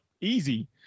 easy